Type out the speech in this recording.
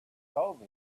told